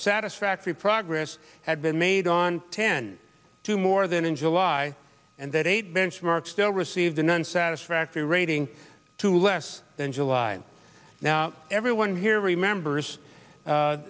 satisfactory progress had been made on ten to more than in july and that eight benchmarks still received in one satisfactory rating to less than july and now everyone here remembers